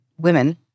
women